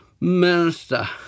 Minister